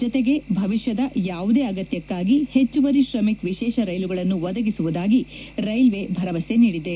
ಜತೆಗೆ ಭವಿಷ್ಕದ ಯಾವುದೇ ಅಗತ್ಯಕ್ಕಾಗಿ ಹೆಚ್ಚುವರಿ ಶ್ರಮಿಕ್ ವಿಶೇಷ ರೈಲುಗಳನ್ನು ಒದಗಿಸುವುದಾಗಿ ರೈಲ್ವೆ ಭರವಸೆ ನೀಡಿದೆ